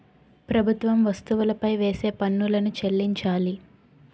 ప్రభుత్వం వస్తువులపై వేసే పన్నులను చెల్లించాలి